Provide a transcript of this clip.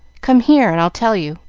come here and i'll tell you.